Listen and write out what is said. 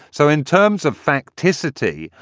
so in terms of fact, tri-city,